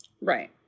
Right